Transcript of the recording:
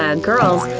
ah girls?